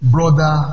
Brother